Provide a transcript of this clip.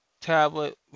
tablet